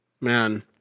Man